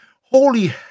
holy